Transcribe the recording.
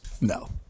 No